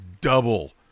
double